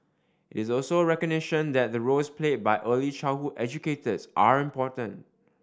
it's also a recognition that the roles played by early childhood educators are important